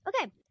Okay